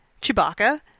Chewbacca